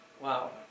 Wow